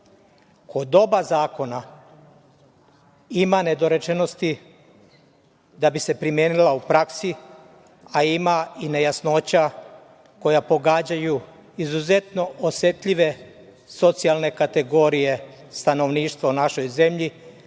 oba zakona ima nedorečenosti da bi se primenili u praksi, a ima i nejasnoća koja pogađaju izuzetno osetljive socijalne kategorije stanovništva u našoj zemlji,